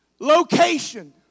Location